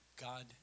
God